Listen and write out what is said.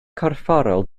corfforol